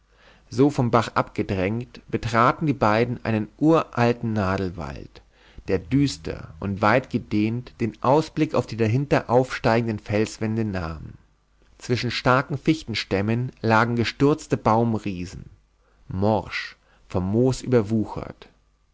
so vom bach abgedrängt betraten die beiden einen uralten nadelwald der düster und weitgedehnt den ausblick auf die dahinter aufsteigenden felswände nahm zwischen starken fichtenstämmen lagen gestürzte baumriesen morsch von moos überwuchert